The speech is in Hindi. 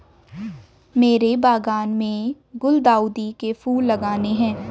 मेरे बागान में गुलदाउदी के फूल लगाने हैं